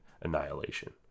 annihilation